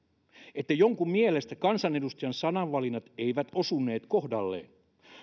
että jonkun mielestä kansanedustajan sananvalinnat eivät osuneet kohdalleen